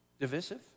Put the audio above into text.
divisive